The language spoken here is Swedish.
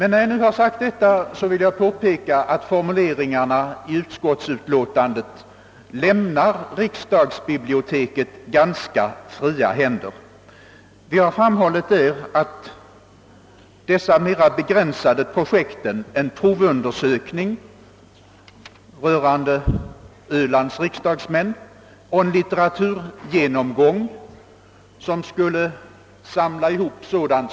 När jag nu har sagt detta vill jag påpeka att formuleringarna i utiskottsutlåtandet lämnar = riksdagsbiblioteket ganska fria händer. Vi har framhållit, att dessa mera begränsade projekt — en provundersökning rörande Ölands riksdagsmän och en litteraturgenomgång som skulle samla ihop sådant material.